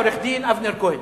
עורך-דין אבנר כהן?